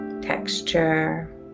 texture